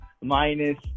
minus